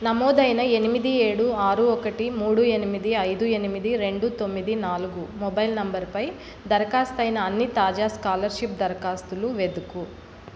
నమోదైన ఎనిమిది ఏడు ఆరు ఒకటి మూడు ఎనిమిది ఐదు ఎనిమిది రెండు తొమ్మిది నాలుగు మొబైల్ నంబర్పై దరఖాస్తయిన అన్ని తాజా స్కాలర్షిప్ దరఖాస్తులు వెదుకు